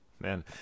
man